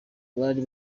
bari